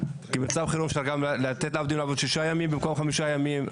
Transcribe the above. במצב חירום אפשר לתת לעובדים לעבוד שישה ימים במקום חמישה ימים.